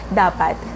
dapat